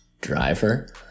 Driver